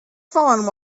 fallen